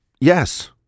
yes